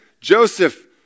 Joseph